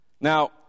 Now